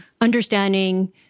understanding